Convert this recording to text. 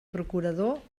procurador